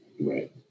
Right